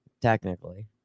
Technically